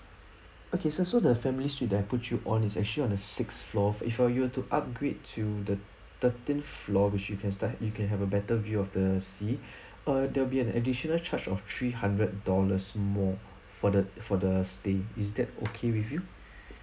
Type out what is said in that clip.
okay so so the family suite that I put you on is actually on the sixth floor if so you to upgrade to the thirteenth floor which you can start you can have a better view of the sea err there'll be an additional charge of three hundred dollars more for the for the stay is that okay with you